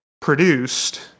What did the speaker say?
produced